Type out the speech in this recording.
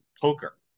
poker